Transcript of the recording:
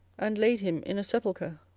and laid him in a sepulchre.